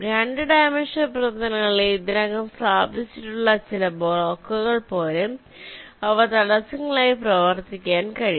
2 dimensional പ്രതലങ്ങളിൽ ഇതിനകം സ്ഥാപിച്ചിട്ടുള്ള ചില ബ്ലോക്കുകൾ പോലെ അവ തടസ്സങ്ങളായി പ്രവർത്തിക്കാൻ കഴിയും